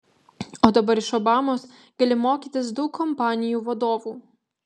o dabar iš obamos gali mokytis daug kompanijų vadovų